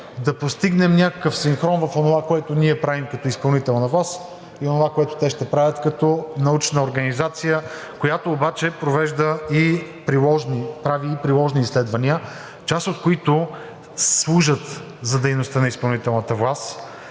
да постигнем някакъв синхрон в онова, което правим ние като изпълнителна власт, и онова, което те ще правят като научна организация, която обаче прави и приложни изследвания, част от които служат за дейността на изпълнителната власт.